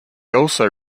also